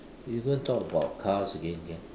you don't talk about cars again can